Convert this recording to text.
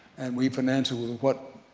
and we finance with what,